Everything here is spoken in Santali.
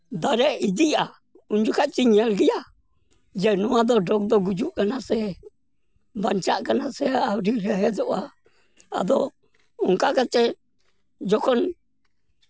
ᱫᱟᱨᱮ ᱤᱫᱤᱜᱼᱟ ᱩᱱ ᱡᱚᱠᱷᱚᱡ ᱛᱚᱧ ᱧᱮᱞ ᱜᱮᱭᱟ ᱡᱮ ᱱᱚᱣᱟᱫᱚ ᱰᱚᱜᱽ ᱫᱚ ᱜᱩᱡᱩᱜ ᱠᱟᱱᱟ ᱥᱮ ᱵᱟᱧᱪᱟᱜ ᱠᱟᱱᱟ ᱥᱮ ᱟᱹᱣᱨᱤ ᱨᱮᱦᱮᱫᱚᱜᱼᱟ ᱟᱫᱚ ᱚᱱᱠᱟ ᱠᱟᱛᱮᱫ ᱡᱚᱠᱷᱚᱱ